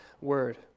word